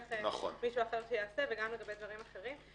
לוקח מישהו אחר שיעשה וגם לגבי דברים אחרים.